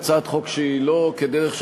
לא כדרך,